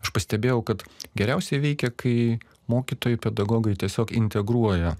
aš pastebėjau kad geriausiai veikia kai mokytojai pedagogai tiesiog integruoja